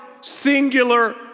singular